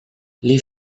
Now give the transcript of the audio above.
les